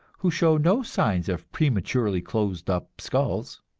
who show no signs of prematurely closed up skulls.